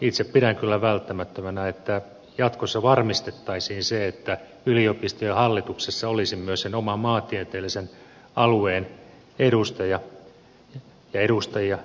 itse pidän kyllä välttämättömänä että jatkossa varmistettaisiin se että yliopistojen hallituksissa olisi myös sen oman maantieteellisen alueen edustaja ja edustajia